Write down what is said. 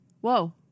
Whoa